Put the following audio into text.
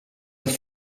das